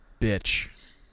bitch